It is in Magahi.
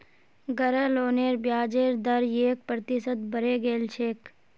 गृह लोनेर ब्याजेर दर एक प्रतिशत बढ़े गेल छेक